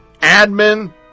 Admin